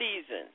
season